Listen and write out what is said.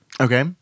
Okay